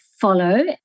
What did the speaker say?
follow